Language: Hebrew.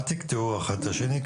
אל תקטעו האחד את השני.